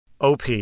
OP